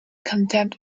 contempt